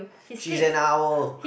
she's an owl